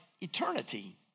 eternity